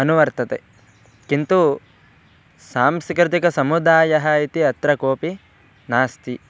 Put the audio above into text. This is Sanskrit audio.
अनुवर्तते किन्तु सांस्कृतिकसमुदायः इति अत्र कोपि नास्ति